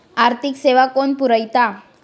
आर्थिक सेवा कोण पुरयता?